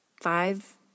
five